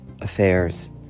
affairs